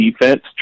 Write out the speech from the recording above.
defense